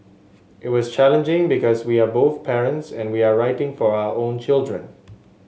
it was challenging because we are both parents and we are writing for our own children